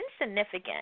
insignificant